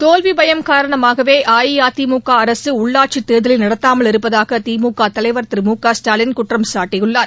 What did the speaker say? தோல்வி பயம் காரணமாகவே அஇஅதிமுக அரசு உள்ளாட்சித் தேர்தலை நடத்தாமல் இருப்பதாக திமுக தலைவர் திரு மு க ஸ்டாலின் குற்றம்சாட்டியுள்ளார்